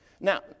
Now